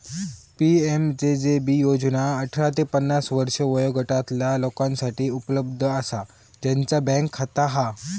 PMJJB योजना अठरा ते पन्नास वर्षे वयोगटातला लोकांसाठी उपलब्ध असा ज्यांचा बँक खाता हा